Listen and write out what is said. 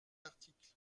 article